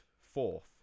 fourth